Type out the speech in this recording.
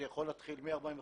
זה יכול להתחיל מ-45,